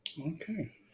Okay